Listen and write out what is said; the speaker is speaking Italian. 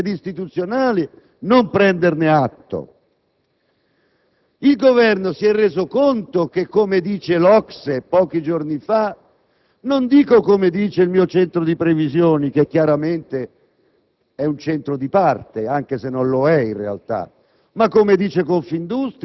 di 1,35. Il Governo si è accorto che questi dati oggi sono radicalmente mutati? La sua colpa non consiste nel cambiamento di questi dati e di questo scenario, ma è una colpa politica e istituzionale non prenderne atto.